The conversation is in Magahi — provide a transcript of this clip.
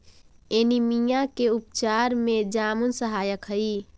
एनीमिया के उपचार में जामुन सहायक हई